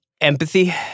empathy